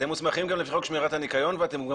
אתם מוסמכים גם לפי חוק שמירת הניקיון ואתם גם